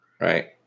right